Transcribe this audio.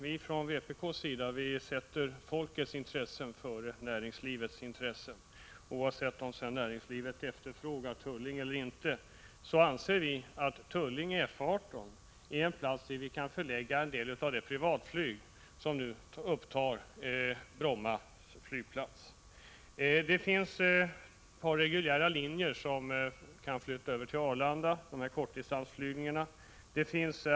Vi från vpk sätter folkets intressen före näringslivets intressen. Oavsett om näringslivet efterfrågar Tullinge eller inte anser vi att Tullinge F 18 är en plats där man skulle kunna förlägga en del av det privatflyg som man nu har på Bromma flygplats. Det finns ett par reguljära linjer som kan flytta över till Arlanda — kortdistansflygningarna.